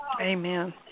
Amen